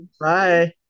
Bye